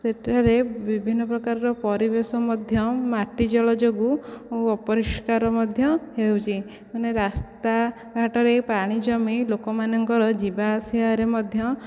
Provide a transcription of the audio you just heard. ସେଠାରେ ବିଭିନ୍ନ ପ୍ରକାରର ପରିବେଶ ମଧ୍ୟ ମାଟିଜଳ ଯୋଗୁଁ ଅପରିଷ୍କାର ମଧ୍ୟ ହେଉଛି ମାନେ ରାସ୍ତାଘାଟରେ ପାଣି ଜମି ଲୋକମାନଙ୍କର ଯିବା ଆସିବାରେ ମଧ୍ୟ